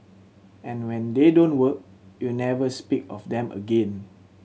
and when they don't work you never speak of them again